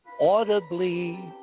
audibly